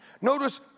Notice